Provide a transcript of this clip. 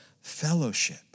fellowship